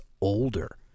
older